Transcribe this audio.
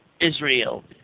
Israel